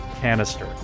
canister